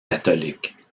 catholiques